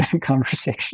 conversation